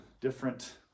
different